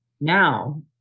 Now